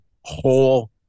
whole